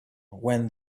when